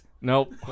Nope